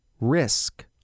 risk